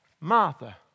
Martha